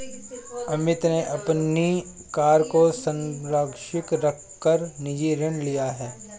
अमित ने अपनी कार को संपार्श्विक रख कर निजी ऋण लिया है